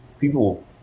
people